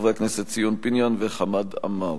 חברי הכנסת ציון פיניאן וחמד עמאר.